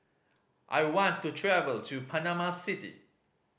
I want to travel to Panama City